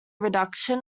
reduction